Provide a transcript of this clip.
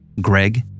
greg